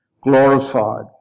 glorified